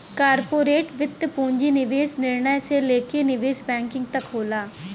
corporate वित्त पूंजी निवेश निर्णय से लेके निवेश बैंकिंग तक होला